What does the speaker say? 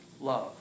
love